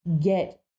get